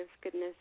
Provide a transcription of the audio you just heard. goodness